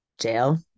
jail